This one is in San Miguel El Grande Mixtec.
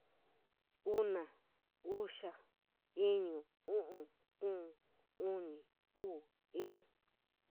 Una, uxa, inuu, uiu, kou, uni, uui, i.